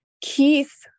Keith